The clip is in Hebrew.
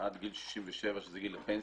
עד גיל 67, שזה גיל הפנסיה.